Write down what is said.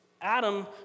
Adam